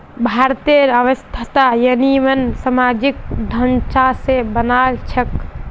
भारतेर अर्थव्यवस्था ययिंमन सामाजिक ढांचा स बनाल छेक